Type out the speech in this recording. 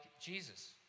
Jesus